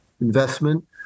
investment